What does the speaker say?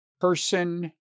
person